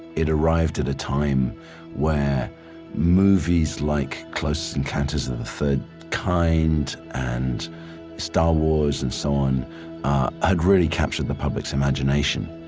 it arrived at a time where movies like close encounters of the third kind and star wars and so on had really captured the public's imagination,